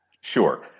Sure